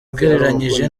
ugereranyije